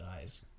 eyes